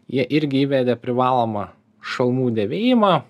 jie irgi įvedė privalomą šalmų dėvėjimą